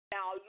Now